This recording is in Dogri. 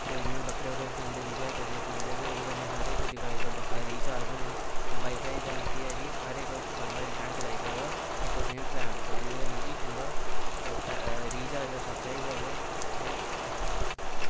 ते जि'यां बक्खरे बक्खरे फोन दे रीचार्ज करने पौंदे ते ओह्दे कन्नै हर इक डिवाईस दा बक्खरा रीचार्ज होना ते वाई फाई कन्नै केह् ऐ कि हर इक बंदा इंटरनैट्ट चलाई सकदा इक सेम प्लैन पर जेह्दे कन्नै कि उं'दा रीचार्ज दा खर्चा बी बचदा ते